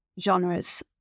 genres